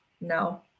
No